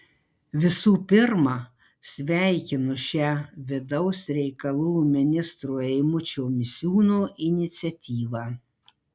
visų pirma sveikinu šią vidaus reikalų ministro eimučio misiūno iniciatyvą